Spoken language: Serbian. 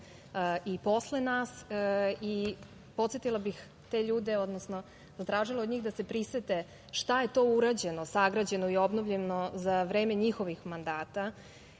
i posle nas. Podsetila bih te ljude, odnosno zatražila od njih da se prisete šta je to urađeno, sagrađeno i obnovljeno za vreme njihovih mandata